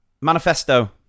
Manifesto